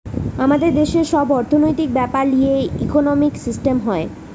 আমাদের দেশের সব অর্থনৈতিক বেপার লিয়ে ইকোনোমিক সিস্টেম হয়